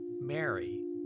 Mary